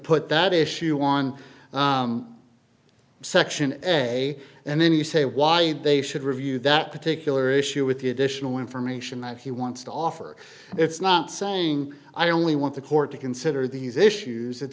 put that issue on section a and then you say why they should review that particular issue with the additional information that he wants to offer its not saying i only want the court to consider these issues